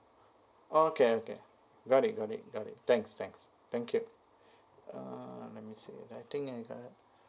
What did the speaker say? okay okay got it got it got it thanks thanks thank you uh let me see I think I got